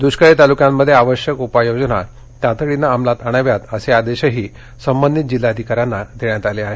दुष्काळी तालुक्यांमध्ये आवश्यक उपाययोजना तातडीनं अंमलात आणाव्यात असे आदेशही संबंधित जिल्हाधिका यांना देण्यात आले आहेत